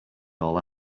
all